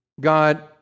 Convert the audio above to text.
God